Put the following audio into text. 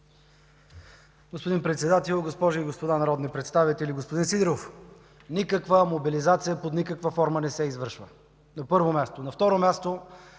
Господин Председател, госпожи и господа народни представители! Господин Сидеров, никаква мобилизация под никаква форма не се извършва – на първо място. На второ място,